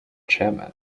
chairman